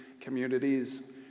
communities